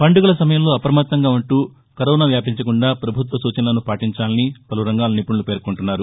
పండుగల సమయంలో అప్రమత్తంగా ఉంటూ కరోనా వ్యాపించకుండా ప్రభుత్వ సూచనలను పాటించాలని పలు రంగాల నిపుణులు పేర్కొంటున్నారు